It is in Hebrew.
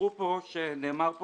נאמר פה